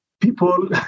people